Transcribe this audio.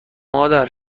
مادر